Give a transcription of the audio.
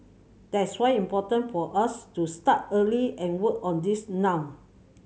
that's why important for us to start early and work on this now